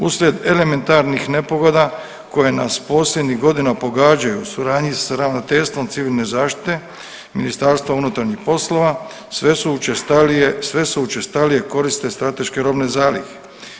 Uslijed elementarnih nepogoda koje nas posljednjih godina pogađaju u suradnji sa Ravnateljstvom civilne zaštite, MUP-a, sve su učestalije, sve se učestalije koriste strateške robne zalihe.